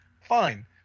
fine